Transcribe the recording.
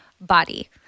body